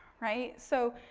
right. so,